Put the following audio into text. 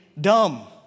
dumb